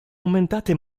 aumentate